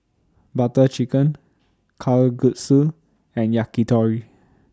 Butter Chicken Kalguksu and Yakitori